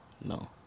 no